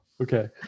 okay